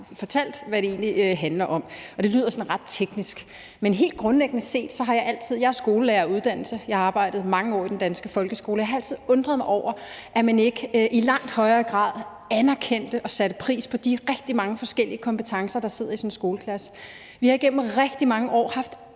fortalt om, hvad det egentlig handler om, og det lyder sådan ret teknisk. Jeg er skolelærer af uddannelse, og jeg har arbejdet mange år i den danske folkeskole, men helt grundlæggende set har jeg altid undret mig over, at man ikke i langt højere grad anerkendte og satte pris på de rigtig mange forskellige kompetencer, der sidder i sådan en skoleklasse. Vi har i Danmark igennem rigtig mange år haft